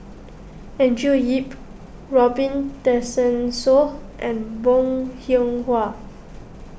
Andrew Yip Robin Tessensohn and Bong Hiong Hwa